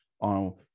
on